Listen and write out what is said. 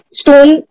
stone